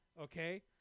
Okay